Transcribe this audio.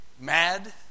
mad